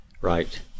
Right